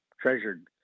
treasured